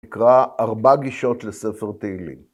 נקרא ארבע גישות לספר תהילים.